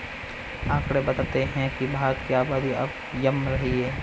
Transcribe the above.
आकंड़े बताते हैं की भारत की आबादी अब थम रही है